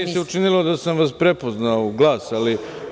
Meni se učinilo da sam vam prepoznao, glas.